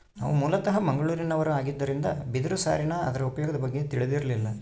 ನಾವು ಮೂಲತಃ ಮಂಗಳೂರಿನವರು ಆಗಿದ್ದರಿಂದ ಬಿದಿರು ಸಾರಿನ ಅದರ ಉಪಯೋಗದ ಬಗ್ಗೆ ತಿಳಿದಿರಲಿಲ್ಲ